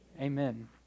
Amen